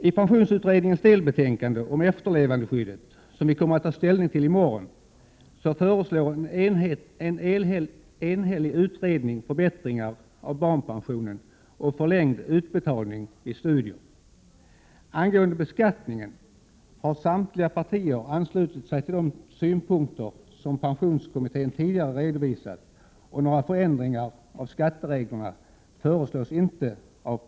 I pensionsutredningens delbetänkande om efterlevandeskyddet, som vi kommer att ta ställning till i morgon, föreslår en enhällig utredning förbättringar av barnpensionen och förlängd utbetalning vid studier. Angående beskattningen har samtliga partier anslutit sig till de synpunkter som pensionskommittén tidigare redovisat, och några förändringar av skattereglerna föreslås inte.